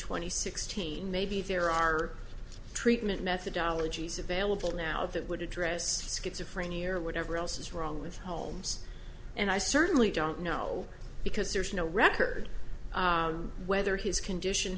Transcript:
twenty sixteen maybe there are treatment methodology is available now that would address schizophrenia or whatever else is wrong with holmes and i certainly don't know because there's no record whether his condition